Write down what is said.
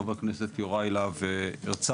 חבר הכנסת יוראי להב הרצנו.